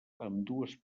ambdues